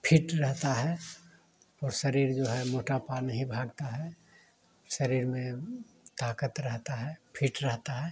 fit रहता है और शरीर जो है मोटापा नहीं भरता है शरीर में ताक़त रहती है फिट रहता है